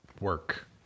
work